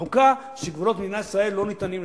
בחוקה: גבולות מדינת ישראל לא ניתנים לדיון.